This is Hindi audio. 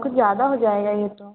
कुछ ज़्यादा हो जाएगा ये तो